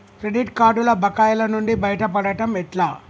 Credit కార్డుల బకాయిల నుండి బయటపడటం ఎట్లా?